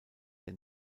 der